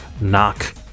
knock